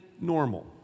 normal